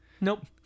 Nope